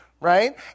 right